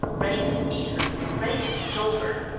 ready to beat her, ready to kill her.